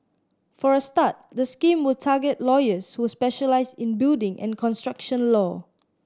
for a start the scheme will target lawyers who specialise in building and construction law